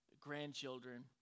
grandchildren